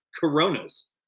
coronas